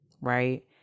right